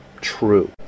true